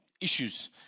issues